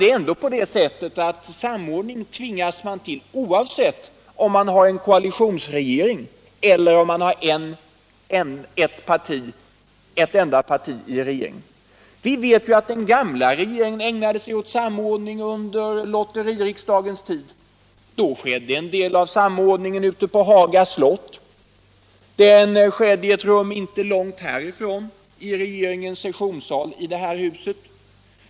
Man tvingas till samordning oavsett om man har en koalitionsregering eller ett enda parti i regeringsställning. Vi vet att den gamla regeringen ägnade sig åt samordning under lotteririksdagens tid. Då skedde en del av samordningen ute på Haga slott. Den skedde i ett rum inte långt härifrån, i regeringens sessionssal i det här huset.